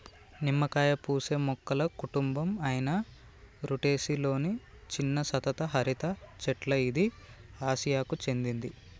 నిమ్మకాయ పూసే మొక్కల కుటుంబం అయిన రుటెసి లొని చిన్న సతత హరిత చెట్ల ఇది ఆసియాకు చెందింది